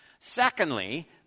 Secondly